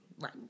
Right